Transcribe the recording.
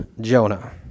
Jonah